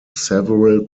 several